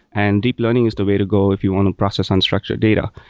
and deep learning is the way to go if you want to process unstructured data.